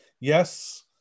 yes